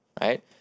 right